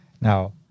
Now –